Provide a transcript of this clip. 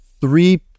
three